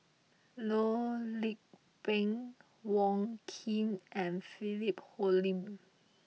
Loh Lik Peng Wong Keen and Philip Hoalim